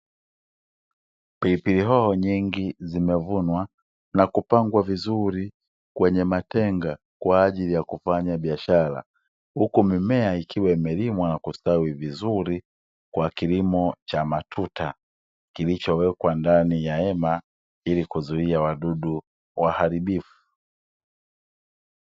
Pilipili hoho nyingi zimevunwa na kupangwa vizuri kwenye matenga, kwaajili ya kufanya biashara huku mimea ikiwa imelimwa na kustawi vizuri kwa kilimo cha matuta, kilichowekwa ndani ya hema ili kuzuia wadudu waharibifu.